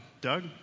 doug